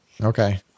Okay